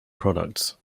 products